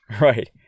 Right